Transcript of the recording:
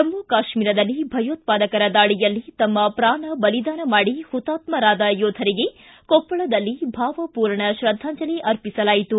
ಜಮ್ಮ ಕಾಶ್ಮೀರದಲ್ಲಿ ಭಯೋತ್ಪಾಧಕರ ದಾಳಿಯಲ್ಲಿ ತಮ್ಮ ಪ್ರಾಣ ಬಲಿದಾನ ಮಾಡಿ ಹುತಾತ್ಮರಾದ ಯೋಧರಿಗೆ ಕೊಪ್ಪಳದಲ್ಲಿ ಭಾವಪೂರ್ಣ ಶ್ರದ್ದಾಂಜಲಿ ಅರ್ಪಿಸಲಾಯಿತು